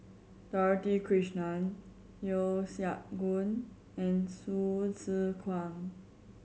Dorothy Krishnan Yeo Siak Goon and Hsu Tse Kwang